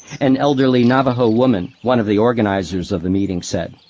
an elderly navajo woman, one of the organizers of the meeting, said,